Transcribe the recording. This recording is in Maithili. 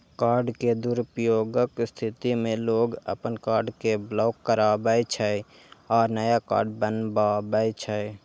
कार्ड के दुरुपयोगक स्थिति मे लोग अपन कार्ड कें ब्लॉक कराबै छै आ नया कार्ड बनबावै छै